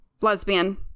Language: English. Lesbian